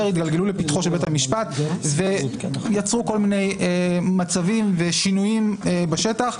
התגלגלו לפתחו של בית המשפט ויצרו כל מיני מצבים ושינויים בשטח,